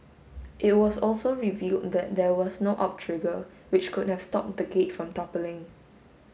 it was also revealed that there was no outrigger which could have stopped the gate from toppling